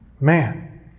man